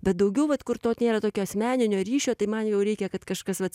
bet daugiau vat kur to nėra tokio asmeninio ryšio tai man jau reikia kad kažkas vat